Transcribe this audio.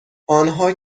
آنها